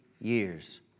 years